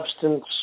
substance